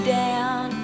down